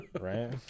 Right